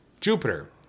Jupiter